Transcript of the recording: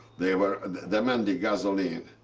they were demanding gasoline.